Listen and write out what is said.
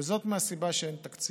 וזאת מהסיבה שאין תקציב.